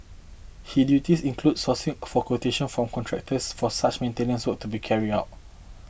he duties includes sourcing for quotation from contractors for such maintenance work to be carry out